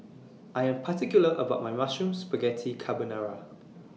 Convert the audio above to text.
I Am particular about My Mushroom Spaghetti Carbonara